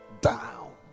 Down